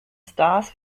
stars